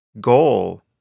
goal